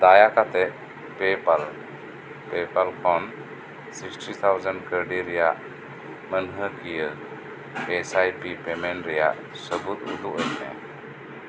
ᱫᱟᱭᱟ ᱠᱟᱛᱮᱫ ᱯᱮ ᱯᱟᱞ ᱯᱮᱯᱟᱞ ᱠᱷᱚᱱ ᱥᱤᱠᱥᱴᱤ ᱛᱷᱟᱣᱡᱮᱸᱰ ᱠᱟᱹᱣᱰᱤ ᱨᱮᱭᱟᱜ ᱢᱟᱹᱱᱦᱟᱹᱠᱤᱭᱟᱹ ᱮᱥ ᱟᱭ ᱯᱤ ᱯᱮᱢᱮᱸᱴ ᱨᱮᱭᱟᱜ ᱥᱟᱹᱵᱩᱫᱽ ᱩᱫᱩᱜ ᱟᱹᱧ ᱢᱮ